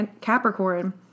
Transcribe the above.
Capricorn